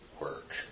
work